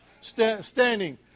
standing